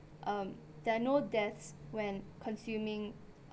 um there are no deaths when consuming